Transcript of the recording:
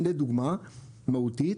לדוגמא מהותית,